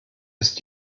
ist